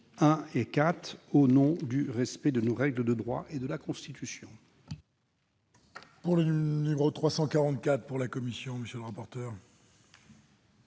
1 à 4, au nom du respect de nos règles de droit et de la Constitution.